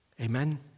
Amen